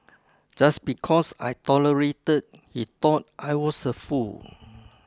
just because I tolerated he thought I was a fool